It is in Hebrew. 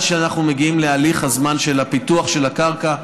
שאנחנו מגיעים לזמן ההליך של הפיתוח של הקרקע,